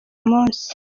munsi